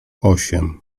osiem